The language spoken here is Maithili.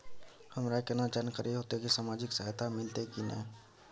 हमरा केना जानकारी होते की सामाजिक सहायता मिलते की नय?